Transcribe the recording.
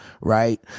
right